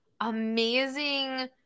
amazing